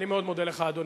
אני מאוד מודה לך, אדוני.